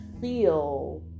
feel